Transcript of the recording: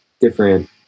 different